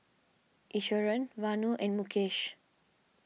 Iswaran Vanu and Mukesh